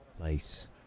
place